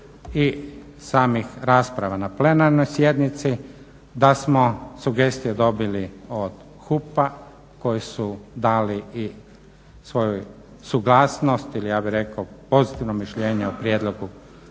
i samih rasprava na plenarnoj sjednici, da smo sugestije dobili od HUP-a koji su dali i svoju suglasnost ili ja bih rekao pozitivno mišljenje o prijedlogu